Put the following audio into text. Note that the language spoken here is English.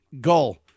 goal